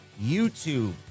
YouTube